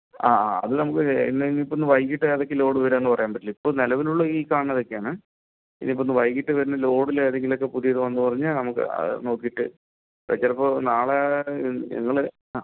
ആ ആ അത് നമുക്ക് ഇന്ന് ഇപ്പോ വൈകീട്ട് ഏതൊക്കെ ലോഡ് വരുക എന്ന് പറയാൻ പറ്റില്ല ഇപ്പോൾ നിലവിൽ ഉള്ള ഈ കാണുന്നതൊക്കെയാണ് ഇനി ഇപ്പോൾ വൈകീട്ട് വരുന്ന ലോഡിൽ ഏതെങ്കിലോക്കെ പുതിയത് വന്നു എന്ന് പറഞ്ഞാൽ നമുക്ക് ആ നോക്കിട്ട് ചിലപ്പോൾ നാളെ ആ ഞങ്ങൾ ആ